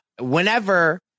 whenever